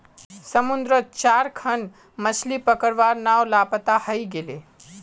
समुद्रत चार खन मछ्ली पकड़वार नाव लापता हई गेले